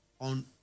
on